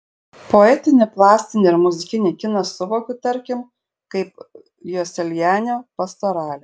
poetinį plastinį ir muzikinį kiną suvokiu tarkim kaip joselianio pastoralę